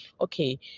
Okay